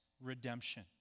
redemption